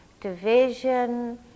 division